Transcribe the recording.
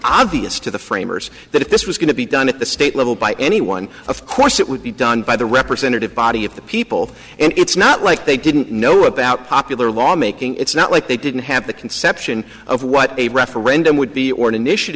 obvious to the framers that if this was going to be done at the state level by anyone of course it would be done by the representative body of the people and it's not like they didn't know about popular law making it's not like they didn't have the conception of what a referendum would be or an initiat